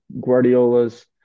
Guardiola's